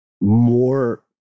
more